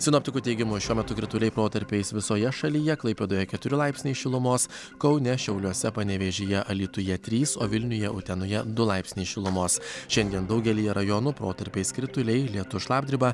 sinoptikų teigimu šiuo metu krituliai protarpiais visoje šalyje klaipėdoje keturi laipsniai šilumos kaune šiauliuose panevėžyje alytuje trys o vilniuje utenoje du laipsniai šilumos šiandien daugelyje rajonų protarpiais krituliai lietus šlapdriba